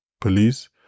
police